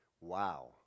Wow